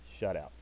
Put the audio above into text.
shutout